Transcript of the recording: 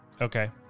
Okay